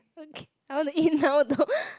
okay I want to eat now though